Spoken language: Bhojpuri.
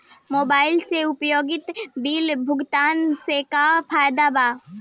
मोबाइल से उपयोगिता बिल भुगतान से का फायदा बा?